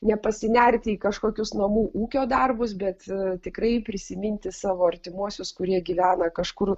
nepasinerti į kažkokius namų ūkio darbus bet tikrai prisiminti savo artimuosius kurie gyvena kažkur